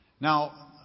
Now